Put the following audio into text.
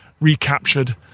recaptured